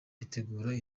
bitegure